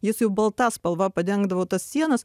jis jau balta spalva padengdavo tas sienas